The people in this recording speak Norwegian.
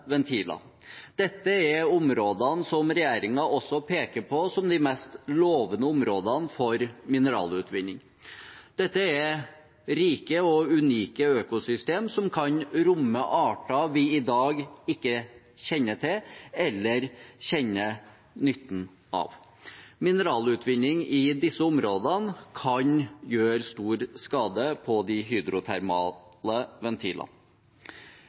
ventiler. Dette er de områdene som regjeringen også peker på som de mest lovende områdene for mineralutvinning. Dette er rike og unike økosystemer som kan romme arter vi i dag ikke kjenner til eller kjenner nytten av. Mineralutvinning i disse områdene kan gjøre stor skade på de hydrotermale ventilene.